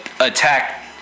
attack